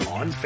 on